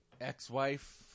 ex-wife